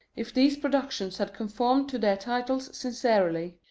if these productions had conformed to their titles sincerely,